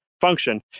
function